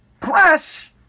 press